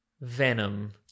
Venom